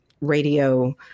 radio